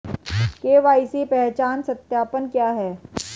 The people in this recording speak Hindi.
के.वाई.सी पहचान सत्यापन क्या है?